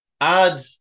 Add